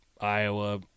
Iowa